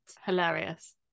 Hilarious